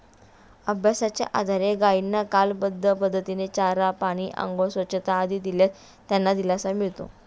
अभ्यासाच्या आधारे गायींना कालबद्ध पद्धतीने चारा, पाणी, आंघोळ, स्वच्छता आदी दिल्यास त्यांना दिलासा मिळतो